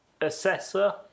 assessor